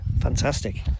fantastic